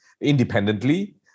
independently